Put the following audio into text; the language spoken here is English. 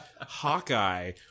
Hawkeye